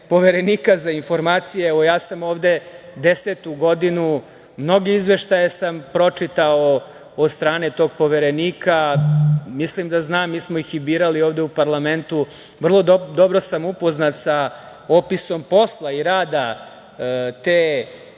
Poverenika za informacije, evo, ja sam ovde desetu godinu, mnoge izveštaje sam pročitao od strane tog Poverenika, mislim da znam, mi smo ih i birali ovde u parlamentu, vrlo dobro sam upoznat sa opisom posla i rada te institucije,